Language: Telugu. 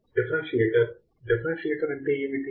కాబట్టి డిఫరెన్సియేటర్ డిఫరెన్సియేటర్ అంటే ఏమిటి